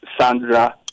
Sandra